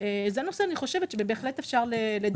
זה נושא שאני חושבת שבהחלט אפשר לדבר עליו.